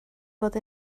fod